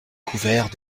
couvert